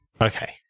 Okay